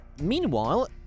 Meanwhile